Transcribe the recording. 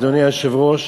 אדוני היושב-ראש,